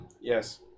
Yes